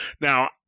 Now